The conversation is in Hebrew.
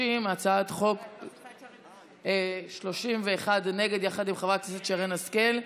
30, ו-31 נגד, יחד עם חברת הכנסת שרן השכל.